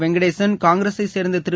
வெங்கடேசன் காங்கிரஸை சேர்ந்த திரு